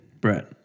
Brett